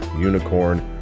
unicorn